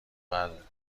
قلبت